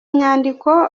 nyandiko